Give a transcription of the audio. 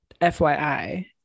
FYI